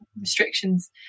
restrictions